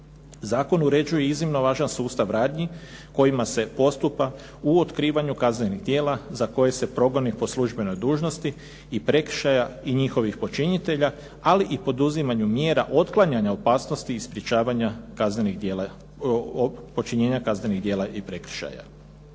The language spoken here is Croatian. Zakon uređuje iznimno važan sustav radnji kojima se postupa u otkrivanju kaznenih djela za koje se progoni po službenoj dužnosti i prekršaja i njihovih počinitelja ali i poduzimanju mjera otklanjanja opasnosti i sprječavanja počinjenja kaznenih djela i prekršaja.